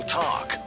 talk